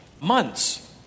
months